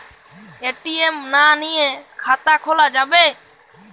ATM না নিয়ে খাতা খোলা যাবে?